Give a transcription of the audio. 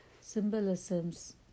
symbolisms